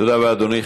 תודה רבה, אדוני.